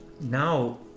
Now